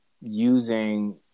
using